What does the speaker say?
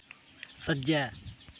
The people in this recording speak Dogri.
सज्जै